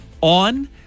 on